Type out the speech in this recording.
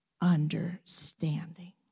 understanding